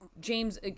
James